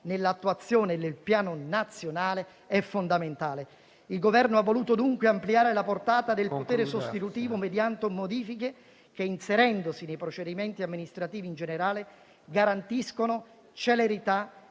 nell'attuazione del Piano nazionale è fondamentale. Il Governo ha voluto dunque ampliare la portata del potere sostitutivo mediante modifiche che, inserendosi nei procedimenti amministrativi in generale, garantiscono celerità,